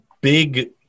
big